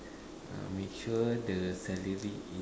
make sure the salary is